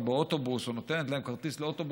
באוטובוס או נותנת להם כרטיס לאוטובוס,